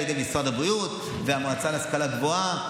ידי משרד הבריאות והמועצה להשכלה גבוהה,